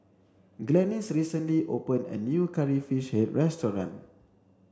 Glennis recently opened a new curry fish head restaurant